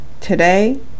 today